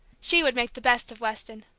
she would make the best of weston.